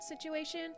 situation